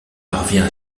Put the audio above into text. parvient